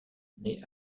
naît